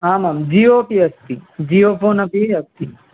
आमां जियो अपि अस्ति जियो फ़ोन् अपि अस्ति